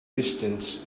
distance